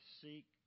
seek